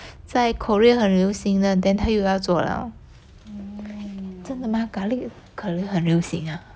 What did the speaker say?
在 korea 很流行的 then 他又要做了真的吗 garlic 可能很流行啊